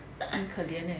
很可怜 leh